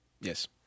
Yes